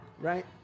right